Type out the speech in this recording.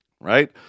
right